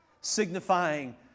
signifying